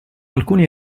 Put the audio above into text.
alcuni